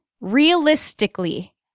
Realistically